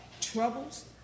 troubles